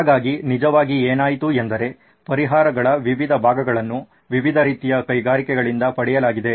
ಹಾಗಾಗಿ ನಿಜವಾಗಿ ಏನಾಯಿತು ಎಂದರೆ ಪರಿಹಾರಗಳ ವಿವಿಧ ಭಾಗಗಳನ್ನು ವಿವಿಧ ರೀತಿಯ ಕೈಗಾರಿಕೆಗಳಿಂದ ಪಡೆಯಲಾಗಿದೆ